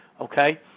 Okay